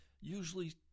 usually